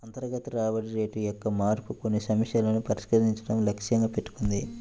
అంతర్గత రాబడి రేటు యొక్క మార్పు కొన్ని సమస్యలను పరిష్కరించడం లక్ష్యంగా పెట్టుకుంది